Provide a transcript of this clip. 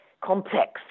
complex